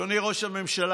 אדוני ראש הממשלה,